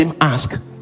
ask